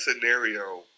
scenario